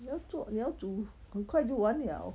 你要做你要煮很快就完了